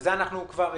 לזה אנחנו כבר רגילים.